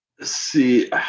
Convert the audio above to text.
See